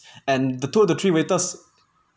and the two to three waiters